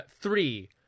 three